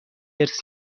حرص